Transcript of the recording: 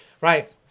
Right